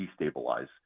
destabilize